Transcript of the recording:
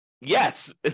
yes